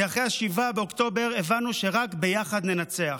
כי אחרי 7 באוקטובר הבנו שרק ביחד ננצח.